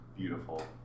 Beautiful